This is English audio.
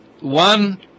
One